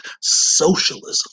socialism